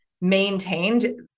maintained